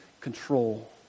control